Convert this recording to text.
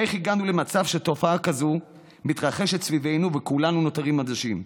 איך הגענו למצב שתופעה כזאת מתרחשת סביבנו וכולנו נותרים אדישים?